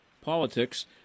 Politics